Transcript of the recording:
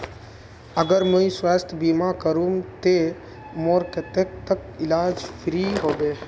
अगर मुई स्वास्थ्य बीमा करूम ते मोर कतेक तक इलाज फ्री होबे?